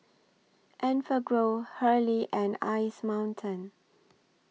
Enfagrow Hurley and Ice Mountain